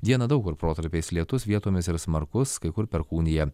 dieną daug kur protarpiais lietus vietomis ir smarkus kai kur perkūnija